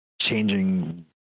changing